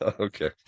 Okay